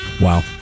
Wow